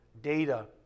data